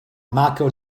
marko